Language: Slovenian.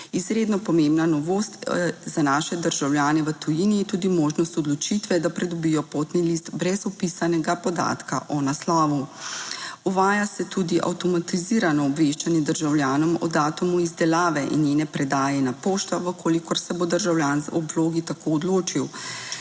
Izredno pomembna novost za naše državljane v tujini je tudi možnost odločitve, da pridobijo potni list brez vpisanega podatka o naslovu. Uvaja se tudi avtomatizirano obveščanje državljanov o datumu izdelave in njene predaje na pošto, v kolikor se bo državljan o vlogi tako odločil.